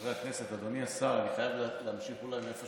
חברי הכנסת, אדוני השר, אני חייב להמשיך מאיפה